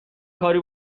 کاری